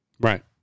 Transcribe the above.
Right